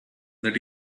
that